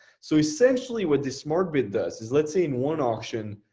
so essentially what the smart bid does is let's say in one auction,